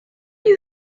you